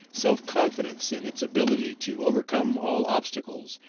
self-confidence in its ability to overcome all obstacles,